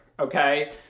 Okay